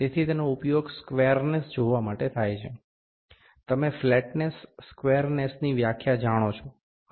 તેથી તેનો ઉપયોગ સ્ક્વેરનેસ જોવા માટે થાય છે તમે ફ્લેટનેસ સ્ક્વેરનેસની વ્યાખ્યા જાણો છો